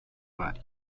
bari